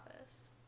office